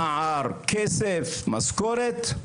פער כסף, משכורת.